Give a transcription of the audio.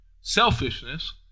Selfishness